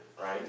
right